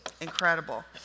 Incredible